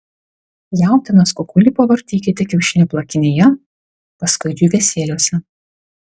jautienos kukulį pavartykite kiaušinio plakinyje paskui džiūvėsėliuose